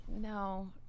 no